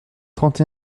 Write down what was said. trente